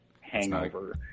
hangover